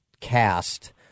cast